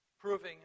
proving